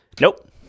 nope